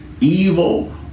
evil